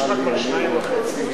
יש לך כבר 2.5 מיליארד.